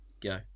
go